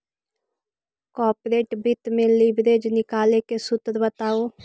corporate वित्त में leverage निकाले के सूत्र बताओ